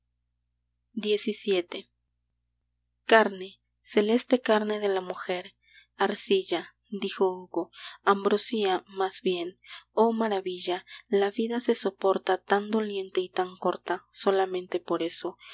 xvii carne celeste carne de la mujer arcilla dijo hugo ambrosía más bien oh maravilla la vida se soporta tan doliente y tan corta solamente por eso